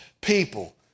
people